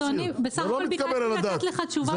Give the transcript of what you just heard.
אדוני בסך הכל ביקשתי לתת לך תשובה בדיון הבא.